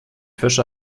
fische